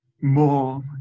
more